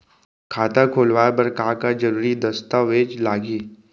खाता खोलवाय बर का का जरूरी दस्तावेज लागही?